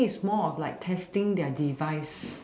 think is more of like testing their device